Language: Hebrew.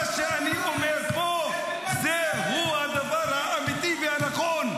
מה שאני אומר פה הוא הדבר האמיתי והנכון.